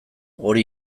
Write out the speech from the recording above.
hori